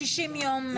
60 יום.